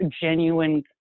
genuine